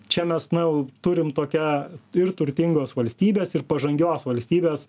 čia mes na jau turim tokią ir turtingos valstybės ir pažangios valstybės